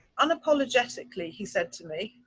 unapologetically, he said to me,